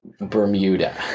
Bermuda